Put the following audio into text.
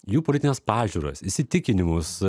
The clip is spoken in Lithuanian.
jų politines pažiūras įsitikinimus